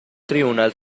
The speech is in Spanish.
tribunal